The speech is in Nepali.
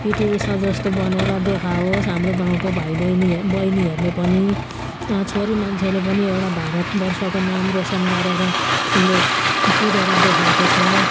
पिटी उषा जस्तो बनेर देखाओस् हाम्रो गाउँको भाइबहिनी बहिनीहरूले पनि छोरी मान्छेले पनि एउटा भारतवर्षको नाम रोसन गरेर उसले कुदेर देखाएको छ